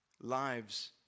lives